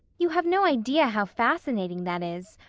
you have no idea how fascinating that is.